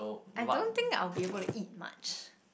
I don't think that I'll be able to eat much